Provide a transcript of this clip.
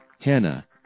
Hannah